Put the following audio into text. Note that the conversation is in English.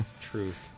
truth